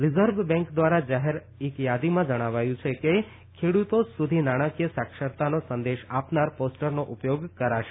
reserve bank ધ્વારા જાહેર એક યાદીમાં જણાવ્યું છે કે ખેડતો સુધી નાણાંકીય સાક્ષરતાનો સંદેશ આપનાર પોસ્ટરનો ઉપયોગ કરાશે